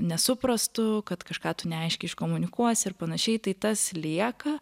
nesuprastu kad kažką tu neaiškiai iškomunikuosi ir panašiai tai tas lieka